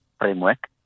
framework